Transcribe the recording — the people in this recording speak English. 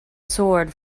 sword